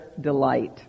delight